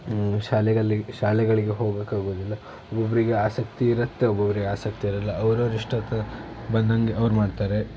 ಶಾಲೆಗಳಿಗೆ ಶಾಲೆಗಳಿಗೆ ಹೋಗೋಕ್ಕಾಗೋದಿಲ್ಲ ಒಬ್ಬೊಬ್ಬರಿಗೆ ಆಸಕ್ತಿ ಇರುತ್ತೆ ಒಬ್ಬೊಬ್ಬರಿಗೆ ಆಸಕ್ತಿ ಇರೋಲ್ಲ ಅವ್ರವ್ರ ಇಷ್ಟಕ್ಕೆ ಬಂದ ಹಂಗೆ ಅವ್ರು ಮಾಡ್ತಾರೆ